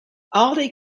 aldi